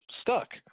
stuck